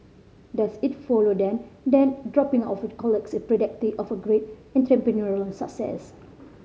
does it follow then that dropping of college is a predictor of great entrepreneurial success